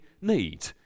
need